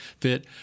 fit